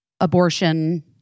abortion